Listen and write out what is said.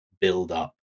build-up